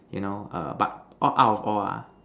you know err but all out of all ah